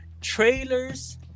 trailers